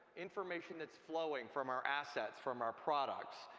information that's flowing from our assets, from our products.